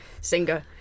singer